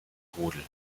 rudel